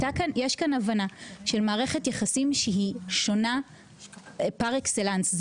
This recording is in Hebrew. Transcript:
יש כאן הבנה של מערכת יחסים שהיא שונה פר אקסלנס.